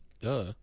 Duh